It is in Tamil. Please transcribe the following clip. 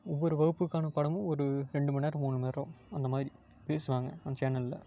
ஒவ்வொரு வகுப்புக்கான பாடமும் ஒரு ரெண்டு மணிநேரம் மூணு மணிநேரம் அந்தமாதிரி பேசுவாங்க அந்த சேனல்ல